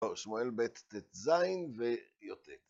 בר שמואל ב' ט"ז וי"ט.